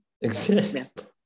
exist